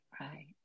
Right